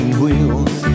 wheels